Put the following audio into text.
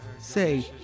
Say